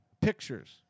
Pictures